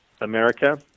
America